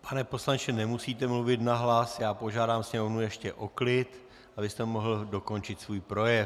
Pane poslanče, nemusíte mluvit nahlas, já požádám Sněmovnu ještě o klid, abyste mohl dokončit svůj projev.